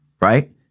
right